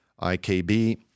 IKB